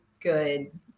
good